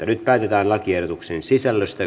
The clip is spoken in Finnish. nyt päätetään lakiehdotuksen sisällöstä